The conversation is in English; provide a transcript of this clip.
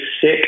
sick